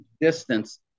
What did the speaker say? distance